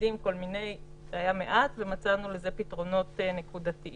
אבל אלה היו מעט מקרים ומצאנו להם פתרונות נקודתיים.